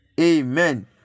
Amen